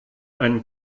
einen